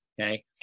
Okay